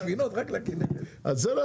יש פגיעה